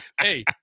hey